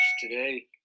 today